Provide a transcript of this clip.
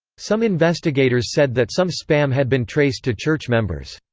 some investigators said that some spam had been traced to church members.